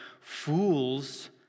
fools